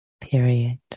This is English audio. period